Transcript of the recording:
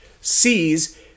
sees